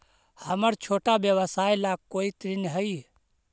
हमर छोटा व्यवसाय ला कोई ऋण हई?